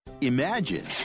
imagine